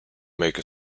make